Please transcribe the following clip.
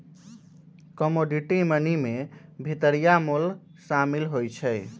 commodity money में भितरिया मोल सामिल होइ छइ